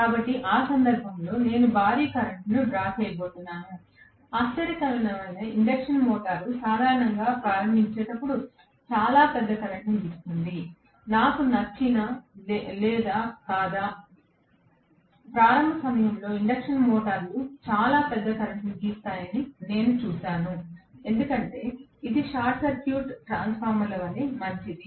కాబట్టి ఆ సందర్భంలో నేను భారీ కరెంట్ డ్రా చేయబోతున్నాను ఆశ్చర్యకరమైన ఇండక్షన్ మోటారు సాధారణంగా ప్రారంభించేటప్పుడు చాలా పెద్ద కరెంట్ను గీస్తుంది నాకు నచ్చినా లేదా కాదా ప్రారంభ సమయంలో ఇండక్షన్ మోటార్లు చాలా పెద్ద కరెంట్ను గీస్తాయని నేను చూస్తాను ఎందుకంటే ఇది షార్ట్ సర్క్యూట్ ట్రాన్స్ఫార్మర్ వలె మంచిది